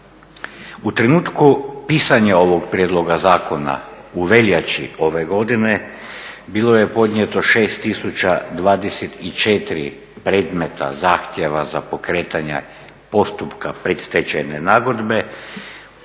U trenutku pisanja ovog prijedloga zakona u veljači ove godine bilo je podnijeto 6024 predmeta, zahtjeva za pokretanje postupka predstečajne nagodbe.